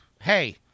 Hey